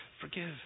Forgive